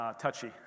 touchy